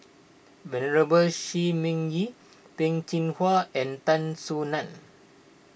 Venerable Shi Ming Yi Peh Chin Hua and Tan Soo Nan